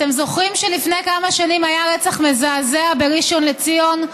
אתם זוכרים שלפני כמה שנים היה רצח מזעזע בראשון לציון,